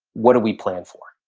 what do we plan for?